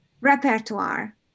repertoire